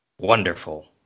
Wonderful